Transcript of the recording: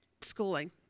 schooling